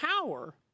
power